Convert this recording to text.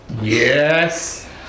Yes